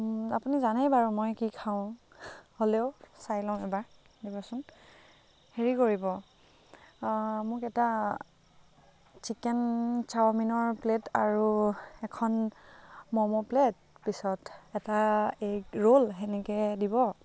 আপুনি জানেই বাৰু মই কি খাওঁ হ'লেও চাই লওঁ এবাৰ দিবচোন হেৰি কৰিব মোক এটা চিকেন চাওমিনৰ প্লেট আৰু এখন ম'ম' প্লেট পিছত এটা এগ ৰ'ল সেনেকে দিব